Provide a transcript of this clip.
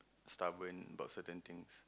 stubborn about certain things